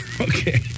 Okay